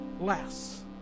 less